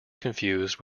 confused